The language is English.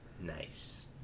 Nice